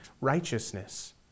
righteousness